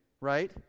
right